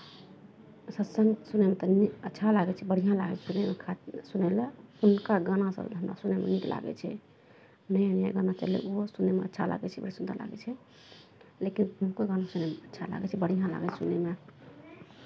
सत्संग सुनयमे कनि अच्छा लागै छै बढ़िआँ लागै छै सुनयमे खातिर सुनय लए अखुनका गानासभ हमरा सुनयमे नीक लागै छै नया नया गाना चललै ओहो सुनैमे अच्छा लागै छै बड़ सुन्दर लागै छै लेकिन पहिलुको गाना सुनैमे अच्छा लागै छै बढ़िआँ लागै छै सुनैमे